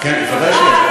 ודאי שיש כוח.